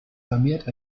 vermehrt